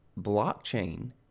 Blockchain